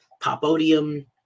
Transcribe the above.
Popodium